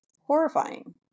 horrifying